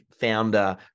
founder